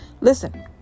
Listen